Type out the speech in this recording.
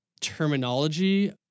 terminology—